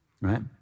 right